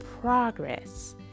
progress